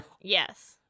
Yes